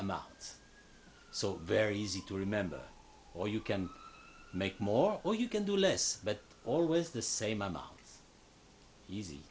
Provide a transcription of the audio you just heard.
amounts so very easy to remember or you can make more or you can do less but always the same amount easy